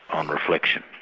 on reflection.